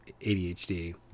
ADHD